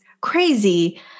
crazy